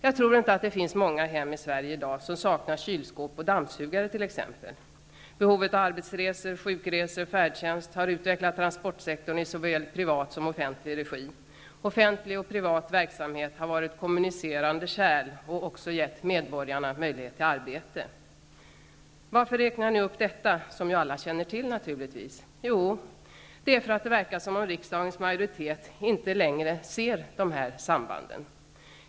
Jag tror inte att det finns många hem i Sverige i dag som saknar t.ex. kylskåp och dammsugare. Behovet av arbetsresor, sjukresor och färdtjänst har utvecklat transportsektorn i såväl privat som offentlig regi. Offentlig och privat verksamhet har varit kommunicerande kärl och också gett medborgarna möjlighet till arbete. Varför räknar jag upp detta som alla naturligtvis känner till? Jo, därför att det verkar som om riksdagens majoritet inte längre ser dessa samband.